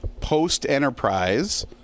post-Enterprise